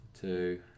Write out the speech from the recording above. two